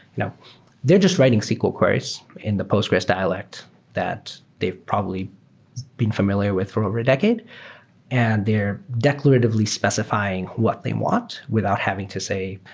you know they're just writing sql queries in the postgres dialect that they've probably been familiar with from over a decade and they're declaratively specifying what they want without having to say,